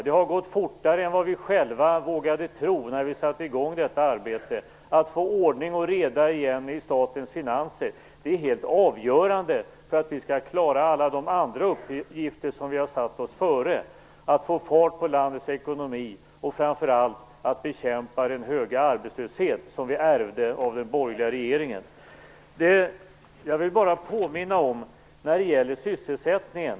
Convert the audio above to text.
Det har gått fortare än vad vi själva vågade tro när vi satte i gång detta arbete att få ordning och reda igen i statens finanser. Detta är det helt avgörande för att vi skall klara alla de andra uppgifterna vi har satt oss före - att få fart på landets ekonomi och framför allt att bekämpa den höga arbetslöshet vi ärvde av den borgerliga regeringen. Jag vill bara påminna om ett antal åtgärder som gäller sysselsättningen.